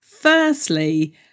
Firstly